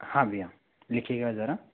हाँ भईया लिखिएगा ज़रा